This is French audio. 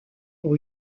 pour